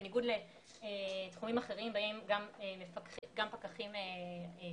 בניגוד לתחומים אחרים בהם גם פקחים שהם